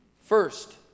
First